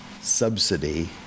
subsidy